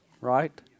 right